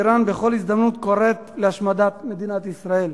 אירן קוראת בכל הזדמנות להשמדת מדינת ישראל.